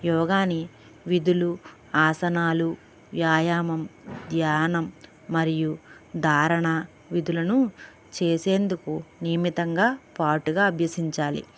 యోగాని విధులు ఆసనాలు వ్యాయామం ధ్యానం మరియు ధారణ విధులను చేసేందుకు నియమితంగా పాటుగా అభ్యసించాలి